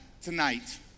tonight